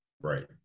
right